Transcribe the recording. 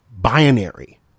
binary